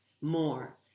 more